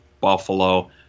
Buffalo